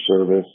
service